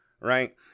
Right